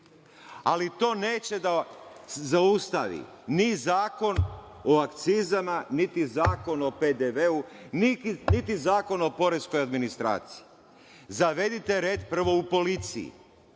Ali, to neće da zaustavi ni Zakon o akcizama, niti Zakon o PDV, niti Zakon o poreskoj administraciji. Zavedite red prvo u policiji,